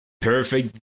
perfect